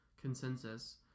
consensus